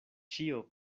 ĉio